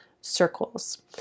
circles